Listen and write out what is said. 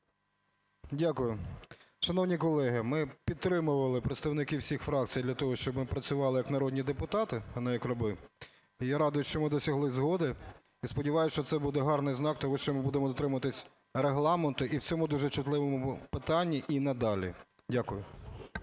Дякую. Шановні колеги, ми підтримували представників всіх фракцій для того, щоб ми працювали як народні депутати, а не як раби. І я радий, що ми досягли згоди. І сподіваюсь, що це буде гарний знак того, що ми будемо дотримуватись Регламенту і в цьому дуже чутливому питанні і надалі. Дякую.